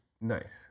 Nice